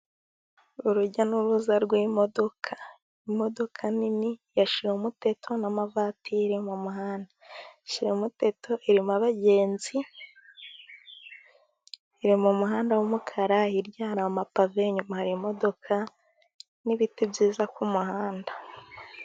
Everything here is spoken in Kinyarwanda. Urujya n'uruza rw'imodoka. Imodoka nini ya shirumuteto n'amavatiri mu muhanda. Shirumuteto irimo abagenzi, iri mu muhanda w'umukara. Hirya hari amapave, inyuma hari imodoka, n'ibiti byiza ku muhanda.